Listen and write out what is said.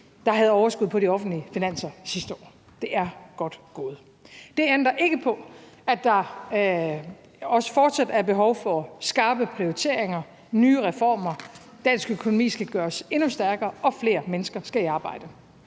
der havde overskud på de offentlige finanser sidste år. Det er godt gået. Det ændrer ikke på, at der også fortsat er behov for skarpe prioriteringer og nye reformer. Dansk økonomi skal gøres endnu stærkere, og flere mennesker skal i arbejde.